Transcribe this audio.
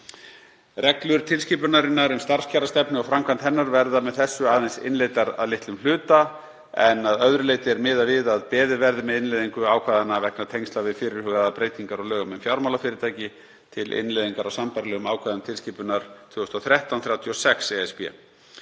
Reglur tilskipunarinnar um starfskjarastefnu og framkvæmd hennar verða með þessu aðeins innleiddar að litlum hluta, en að öðru leyti er miðað við að beðið verði með innleiðingu ákvæðanna vegna tengsla við fyrirhugaðar breytingar á lögum um fjármálafyrirtæki til innleiðingar á sambærilegum ákvæðum tilskipunar 2013/36/ESB.